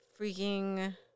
freaking